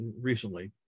recently